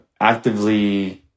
actively